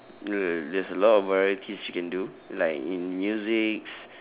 uh there's a lot of varieties you can do like in musics